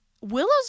willow's